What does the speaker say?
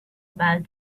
about